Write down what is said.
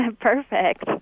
Perfect